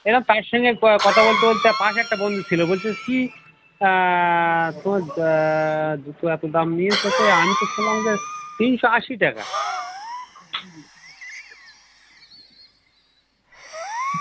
এরম তার সঙ্গে ক কথা বলতে বলতে পাশে একটা বন্ধু ছিলো বলছে কী তোমার জুতো এতো দাম নিয়েছে কই আমি তো শুনলাম যে তিনশো আশি টাকা